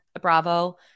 Bravo